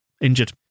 Injured